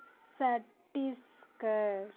Chhattisgarh